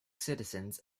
citizens